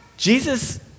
Jesus